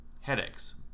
headaches